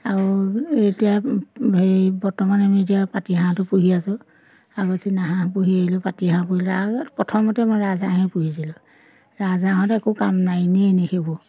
আৰু এতিয়া হেৰি বৰ্তমান আমি এতিয়া পাতি হাঁহটো পুহি আছোঁ আগৰ চীনা হাঁহ পুহি আহিলোঁ পাতি হাঁহ পুহিলোঁ আগত প্ৰথমতে মই ৰাজহাঁহহে পুহিছিলোঁ ৰাজহাঁহত একো কাম নাই এনেই এনেই সেইবোৰ